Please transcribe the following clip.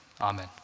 amen